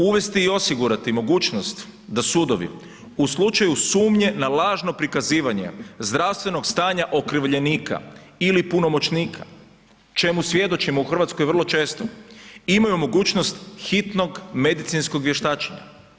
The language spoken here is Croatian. Uvesti i osigurati mogućnost da sudovi u slučaju sumnje na lažno prikazivanje zdravstvenog stanja okrivljenika ili punomoćnika čemu svjedočimo u Hrvatskoj vrlo često, imaju mogućnost hitnog medicinskog vještačenja.